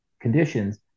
conditions